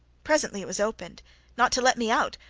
presently it was opened not to let me out,